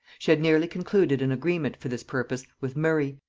she had nearly concluded an agreement for this purpose with murray,